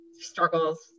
struggles